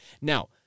Now